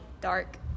Dark